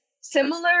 similar